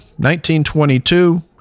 1922